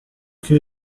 que